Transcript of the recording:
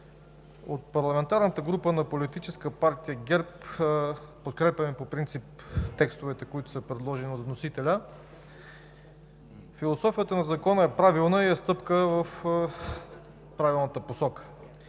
От парламентарната група на Политическа партия ГЕРБ подкрепяме по принцип текстовете, които са предложени от вносителя. Философията на Закона е правилна и е стъпка в правилната посока.